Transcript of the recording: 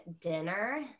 dinner